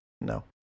No